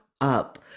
up